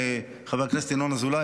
חבר הכנסת ינון אזולאי.